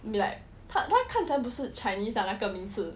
be like 他看起来不是 chinese ah 那个名字